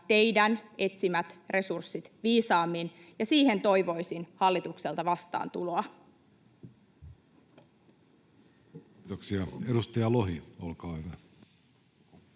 teidän etsimänne resurssit viisaammin, ja siihen toivoisin hallitukselta vastaantuloa. Kiitoksia. — Edustaja Lohi, olkaa hyvä.